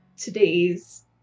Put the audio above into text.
today's